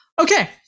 Okay